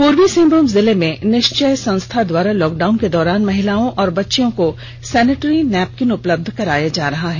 पूर्वी सिंहभूम जिले में निश्चय संस्था द्वारा लॉकडाउन के दौरान महिलाओं और किशोरिओं को सेनेंटरी नैपकिन उपलब्ध कराया जा रहा है